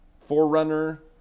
forerunner